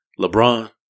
LeBron